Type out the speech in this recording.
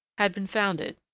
had been founded,